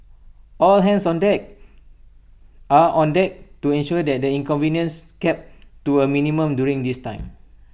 all hands on deck are on deck to ensure that the inconvenience kept to A minimum during this time